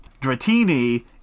Dratini